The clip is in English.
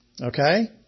Okay